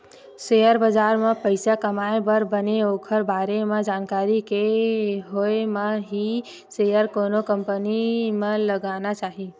share बजार म पइसा कमाए बर बने ओखर बारे म जानकारी के होय म ही सेयर कोनो कंपनी म लगाना चाही